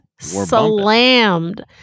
slammed